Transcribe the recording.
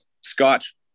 Scotch